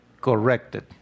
corrected